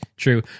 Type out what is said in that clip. True